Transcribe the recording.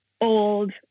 old